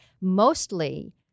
mostly